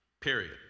period